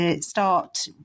start